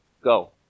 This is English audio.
Go